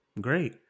Great